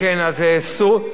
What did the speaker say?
כן,